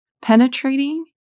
penetrating